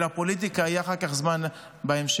לפוליטיקה יהיה אחר כך זמן, בהמשך.